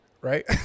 right